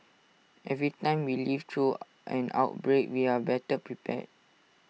every time we live through an outbreak we are better prepared